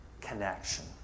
connection